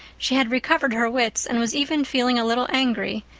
she had recovered her wits, and was even feeling a little angry.